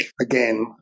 again